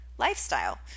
lifestyle